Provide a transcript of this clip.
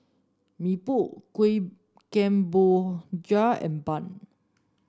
Mee Pok Kuih Kemboja and bun